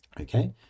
Okay